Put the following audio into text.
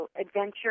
adventure